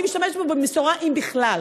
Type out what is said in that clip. אני משתמשת בו במשורה, אם בכלל.